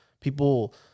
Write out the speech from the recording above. people